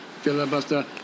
Filibuster